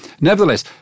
nevertheless